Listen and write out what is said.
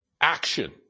action